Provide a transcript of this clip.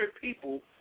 people